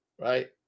right